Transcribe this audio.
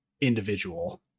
individual